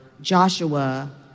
Joshua